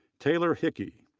taylor hickey,